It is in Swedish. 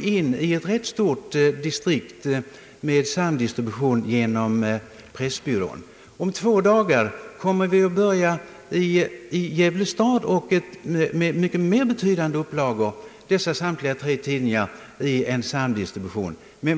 inlett samdistribution genom Pressbyrån i ett rätt stort distrikt. Om två dagar börjar vi på samma sätt i Gävle stad med betydande upplagor.